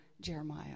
Jeremiah